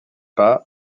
pas